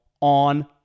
on